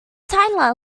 tyler